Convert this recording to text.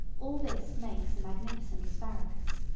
all this makes a magnificent asparagus,